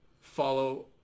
follow